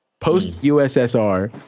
Post-USSR